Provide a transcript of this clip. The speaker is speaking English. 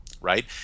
right